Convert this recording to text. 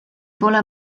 pole